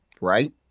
right